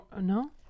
No